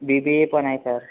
B B A पण आहे sir